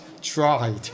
tried